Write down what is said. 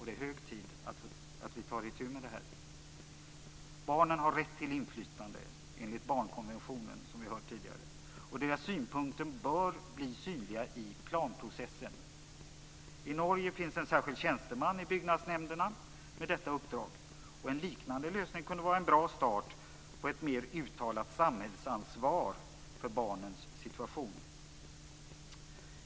Det är hög tid att vi tar itu med det. Barnen har rätt till inflytande enligt barnkonventionen, vilket vi har hört tidigare. Deras synpunkter bör bli synliga i planprocessen. I Norge finns en särskild tjänsteman i byggnadsnämnderna med detta uppdrag, och en liknande lösning kunde vara en bra start på ett mer uttalat samhällsansvar för barnens situation.